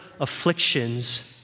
afflictions